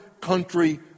country